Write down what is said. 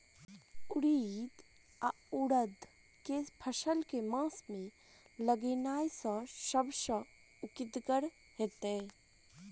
उड़ीद वा उड़द केँ फसल केँ मास मे लगेनाय सब सऽ उकीतगर हेतै?